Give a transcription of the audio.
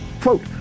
Quote